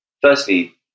firstly